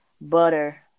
butter